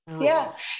Yes